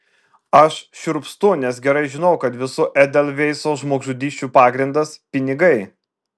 aš šiurpstu nes gerai žinau kad visų edelveiso žmogžudysčių pagrindas pinigai